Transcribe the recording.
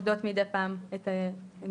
שפוקדות מדי פעם את המקוואות.